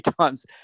times